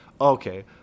okay